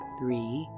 three